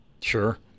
Sure